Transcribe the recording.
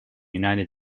united